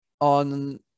on